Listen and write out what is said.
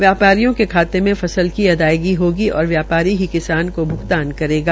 व्यपारी के खाते मे फस्ल की अदायगी होगी और व्यापारी ही किसान को भ्गतान करेगा